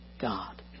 God